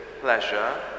pleasure